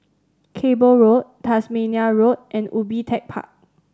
Cable Road Tasmania Road and Ubi Tech Park